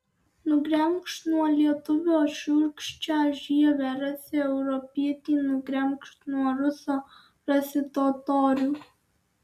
nugremžk nuo lietuvio šiurkščią žievę rasi europietį nugremžk nuo ruso rasi totorių